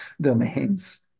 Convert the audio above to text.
domains